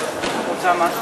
הלילה.